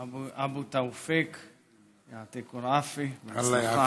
אבו תאופיק, (אומר בערבית: תהיה בריא.) בהצלחה.